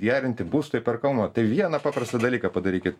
gerinti būsto įperkamumą tai vieną paprastą dalyką padarykit